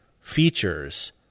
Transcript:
features